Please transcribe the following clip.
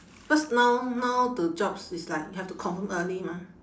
cause now now the jobs it's like you have to confirm early mah